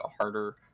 harder